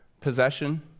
Possession